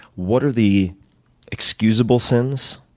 what are the excusable sins?